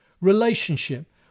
Relationship